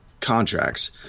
contracts